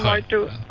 like to